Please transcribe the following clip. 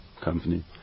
company